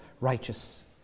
righteous